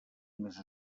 més